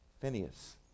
Phineas